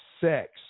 sex